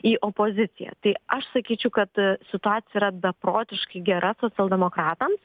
į opoziciją tai aš sakyčiau kad situacija yra beprotiškai gera socialdemokratams